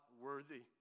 worthy